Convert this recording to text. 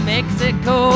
Mexico